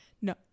no